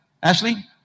Ashley